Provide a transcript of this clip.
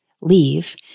leave